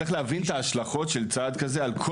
צריך להבין את ההשלכות של צעד כזה על כל